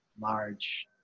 large